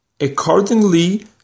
accordingly